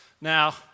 Now